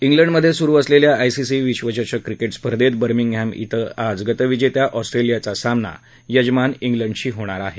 इंग्लंडमधे सुरु असलेल्या आयसीसी विश्वचषक क्रिकेट स्पर्धेत बर्मिंगहॅम इथं आज गतविजेत्या ऑस्ट्रेलियाचा सामना यजमान इंग्लंडशी होणार आहे